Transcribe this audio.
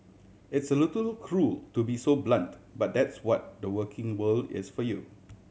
it's a little cruel to be so blunt but that's what the working world is for you